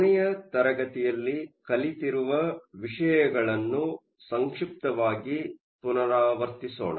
ಕೊನೆಯ ತರಗತಿಯಲ್ಲಿ ಕಲಿತಿರುವ ವಿಷಯಗಳನ್ನು ಸಂಕ್ಷಿಪ್ತವಾಗಿ ಪುನರಾವರ್ತಿಸೋಣ